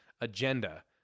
agenda